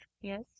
Yes